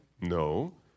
No